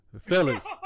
fellas